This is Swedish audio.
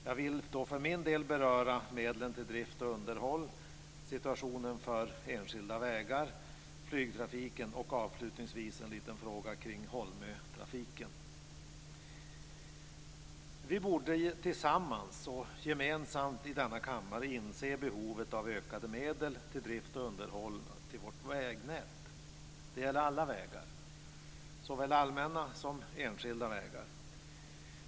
För min del ska jag beröra medlen till drift och underhåll, situationen för enskilda vägar, flygtrafiken och avslutningsvis en liten fråga kring Holmötrafiken. Vi borde tillsammans och gemensamt i denna kammare inse behovet av ökade medel till drift och underhåll av vägnätet. Det gäller alla vägar, såväl allmänna som enskilda.